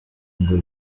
ngo